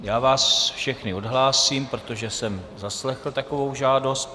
Já vás všechny odhlásím, protože jsem zaslechl takovou žádost.